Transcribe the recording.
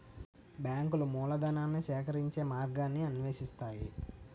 బ్యాంకులు మూలధనాన్ని సేకరించే మార్గాన్ని అన్వేషిస్తాయి